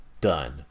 Done